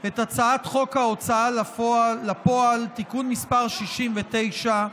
את הצעת חוק ההוצאה לפועל (תיקון מס' 69)